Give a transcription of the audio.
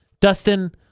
Dustin